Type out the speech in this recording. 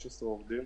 15 עובדים.